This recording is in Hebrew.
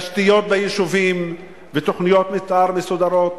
תשתיות ביישובים ותוכניות מיתאר מסודרות?